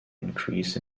increase